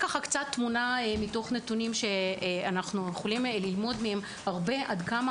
נראה נתונים שמהם אנחנו יכולים ללמוד עד כמה